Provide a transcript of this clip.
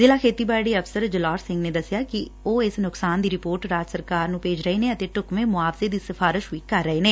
ਜਿਲ੍ਹਾ ਖੇਤੀਬਾਤੀ ਅਫਸਰ ਜਲੌਰ ਸਿੰਘ ਨੇ ਦੱਸਿਆ ਕਿ ਉਹ ਇਸ ਨੁਕਸਾਨ ਦੀ ਰਿਪੋਰਟ ਰਾਜ ਸਰਕਾਰ ਨੂੰ ਭੇਜ ਰਹੇ ਨੇ ਅਤੇ ਢੁਕਵੇਂ ਮੁਆਵਜੇ ਦੀ ਸਿਫਾਰਿਸ਼ ਵੀ ਕਰ ਰਹੇ ਨੇ